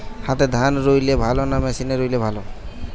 হাতে ধান রুইলে ভালো না মেশিনে রুইলে ভালো?